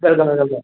welcome welcome